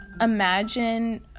imagine